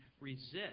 resist